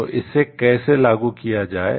तो इसे कैसे लागू किया जाए